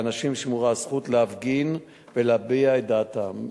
לאנשים שמורה הזכות להפגין ולהביע את דעתם.